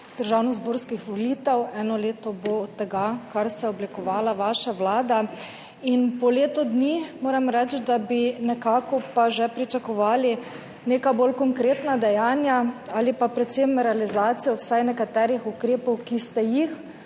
državnozborskih volitev. Eno leto bo od tega, kar se je oblikovala vaša vlada. In po letu dni moram reči, da bi nekako že pričakovali neka bolj konkretna dejanja ali pa predvsem realizacijo vsaj nekaterih ukrepov, ki ste jih